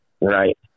right